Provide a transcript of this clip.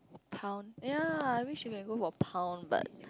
pound ye I mean she can go for pound but